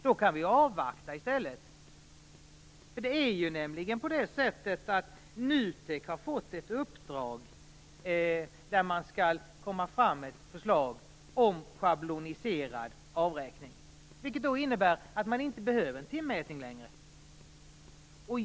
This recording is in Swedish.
Då kan de i stället avvakta. NUTEK har nämligen fått i uppdrag att ta fram ett förslag om schabloniserad avräkning, vilket då innebär att man inte behöver timmätning längre.